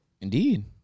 Indeed